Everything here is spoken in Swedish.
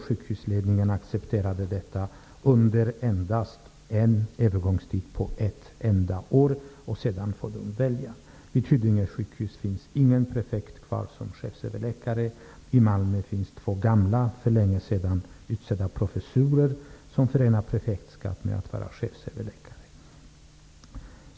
Sjukhusledningen accepterar detta under en övergångstid på ett enda år. Sedan får man välja. Vid Huddinge sjukhus finns ingen prefekt kvar som chefsöverläkare. I Malmö finns två gamla för länge sedan utsedda professorer som förenar prefektskap med att vara chefsöverläkare.